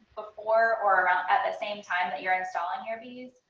before or around at the same time that you're installing your bees.